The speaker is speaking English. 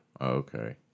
Okay